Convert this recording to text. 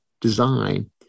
design